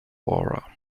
aura